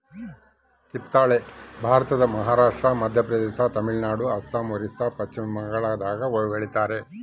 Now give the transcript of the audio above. ಕಿತ್ತಳೆ ಭಾರತದ ಮಹಾರಾಷ್ಟ್ರ ಮಧ್ಯಪ್ರದೇಶ ತಮಿಳುನಾಡು ಅಸ್ಸಾಂ ಒರಿಸ್ಸಾ ಪಚ್ಚಿಮಬಂಗಾಳದಾಗ ಬೆಳಿತಾರ